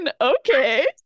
Okay